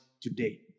today